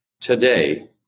today